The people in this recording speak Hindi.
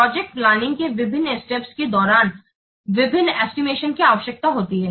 प्रोजेक्ट प्लानिंग के विभिन्न स्टेप्स के दौरान विभिन्न एस्टिमेशन की आवश्यकता होती है